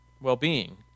well-being